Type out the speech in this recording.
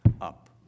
up